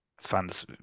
fans